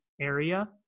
area